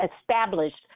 established